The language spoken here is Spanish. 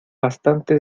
bastante